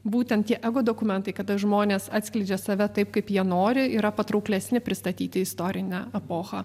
būtent tie ego dokumentai kada žmonės atskleidžia save taip kaip jie nori yra patrauklesni pristatyti istorinę epochą